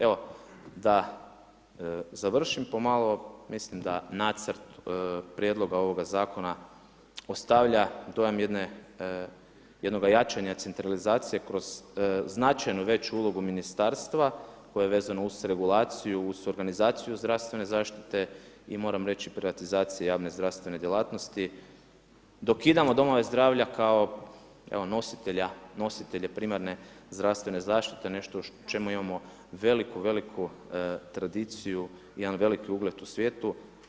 Evo da završim po malo, mislim da nacrt prijedloga ovoga zakona ostavlja dojam jedne jednoga jačanja centralizacije kroz značajno veću ulogu ministarstva koje je vezano u regulaciju uz organizaciju zdravstvene zaštite i moram reći privatizacija javne zdravstvene djelatnosti, dokidamo domove zdravlja kao nositelje primarne zdravstvene zaštite nešto u čemu imamo veliku, veliku tradiciju jedan veliku ugled u svijetu.